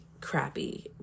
crappy